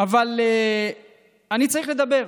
אבל אני צריך לדבר,